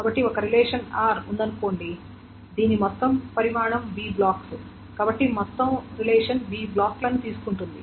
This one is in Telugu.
కాబట్టి ఒక రిలేషన్ r ఉందనుకోండి దీని మొత్తం పరిమాణం b బ్లాక్స్ కాబట్టి మొత్తం రిలేషన్ b బ్లాక్లను తీసుకుంటుంది